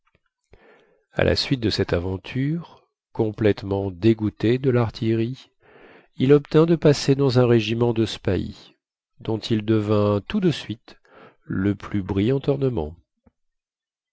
à la suite de cette aventure complètement dégoûté de lartillerie il obtint de passer dans un régiment de spahis dont il devint tout de suite le plus brillant ornement